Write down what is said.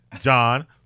John